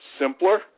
Simpler